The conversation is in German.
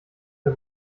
der